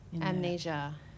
amnesia